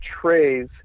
trays